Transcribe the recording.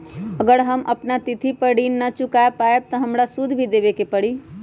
अगर हम अपना तिथि पर ऋण न चुका पायेबे त हमरा सूद भी देबे के परि?